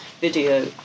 video